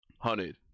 hunted